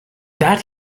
that